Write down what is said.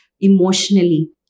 emotionally